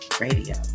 Radio